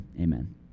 amen